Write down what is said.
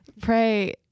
Pray